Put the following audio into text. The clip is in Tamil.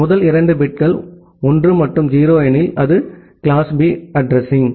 முதல் இரண்டு பிட்கள் 1 மற்றும் 0 எனில் அது கிளாஸ் B அட்ரஸிங்